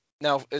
now